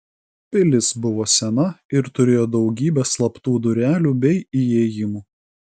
pilis buvo sena ir turėjo daugybę slaptų durelių bei įėjimų